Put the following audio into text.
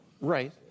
Right